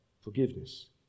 forgiveness